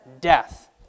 Death